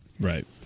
Right